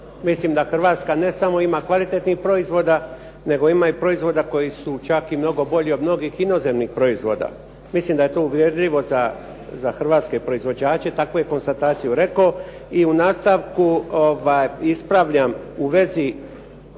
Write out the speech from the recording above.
Mislim da Hrvatska ne samo da ima kvalitetnih proizvoda nego ima i proizvoda koji su čak i mnogo bolji od mnogih inozemnih proizvoda. Mislim da je to uvredljivo za hrvatske proizvođače, takvu je konstataciju rekao. I u nastavku ispravljam u vezi